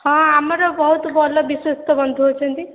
ହଁ ଆମର ବହୁତ ଭଲ ବିଶ୍ୱସ୍ତ ବନ୍ଧୁ ଅଛନ୍ତି